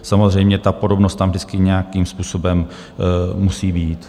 Samozřejmě ta podobnost tam vždycky nějakým způsobem musí vyjít.